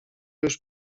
już